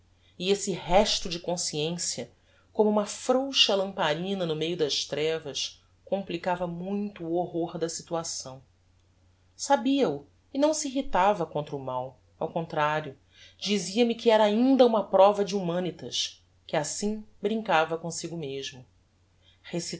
e esse resto de consciencia como uma frouxa lamparina no meio das trevas complicava muito o horror da situação sabia-o e não se irritava contra o mal ao contrario dizia-me que era ainda uma prova de humanitas que assim brincava comsigo mesmo